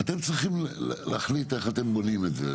אתם צריכים להחליט איך אתם בונים את זה.